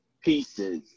pieces